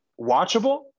watchable